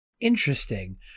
Interesting